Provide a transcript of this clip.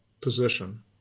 position